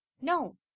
No